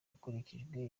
hakurikijwe